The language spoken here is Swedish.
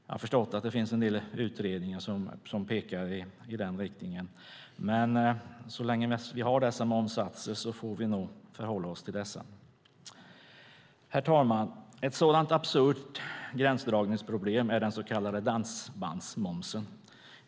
Jag har förstått att det finns en del utredningar som pekar i den riktningen, men så länge vi har dessa momssatser får vi nog förhålla oss till dem. Herr talman! Ett sådant absurt gränsdragningsproblem är den så kallade dansbandsmomsen.